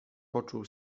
poczuł